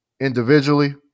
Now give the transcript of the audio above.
individually